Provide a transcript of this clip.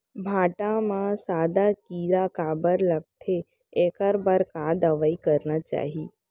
भांटा म सादा कीरा काबर लगथे एखर बर का दवई करना चाही?